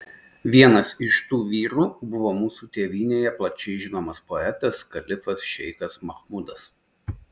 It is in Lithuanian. vienas iš tų vyrų buvo mūsų tėvynėje plačiai žinomas poetas kalifas šeichas machmudas